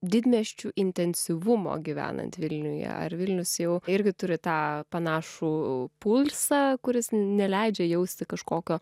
didmiesčių intensyvumo gyvenant vilniuje ar vilnius jau irgi turi tą panašų pulsą kuris neleidžia jausti kažkokio